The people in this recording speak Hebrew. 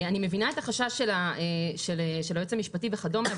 אני מבינה את החשש של היועץ המשפטי וכדומה,